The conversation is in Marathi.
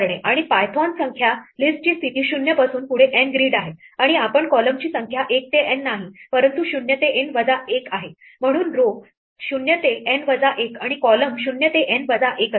आणि पायथोन संख्या लिस्टची स्थिती 0 पासून पुढे N ग्रिड आहे आणि आपण column ची संख्या 1 ते N नाही परंतु 0 ते N वजा 1 आहे म्हणून row 0 ते N वजा 1 आणि column 0 ते N वजा 1 असतील